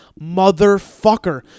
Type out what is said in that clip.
Motherfucker